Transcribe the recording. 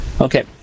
Okay